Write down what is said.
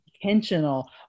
intentional